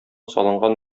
салынган